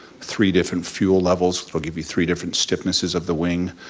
three different fuel levels will give you three different stiffnesses of the wing.